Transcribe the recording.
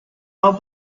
all